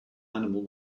animal